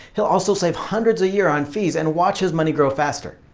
he'll also save hundreds a year on fees and watch his money grow faster.